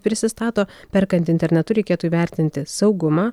prisistato perkant internetu reikėtų įvertinti saugumą